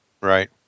Right